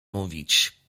mówić